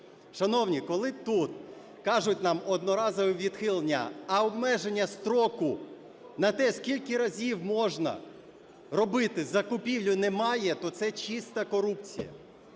Шановні, коли тут кажуть нам одноразове відхилення, а обмеження строку на те, скільки разів можна робити закупівлю, немає, то це чиста корупція.